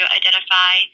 identify